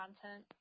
content